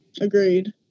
agreed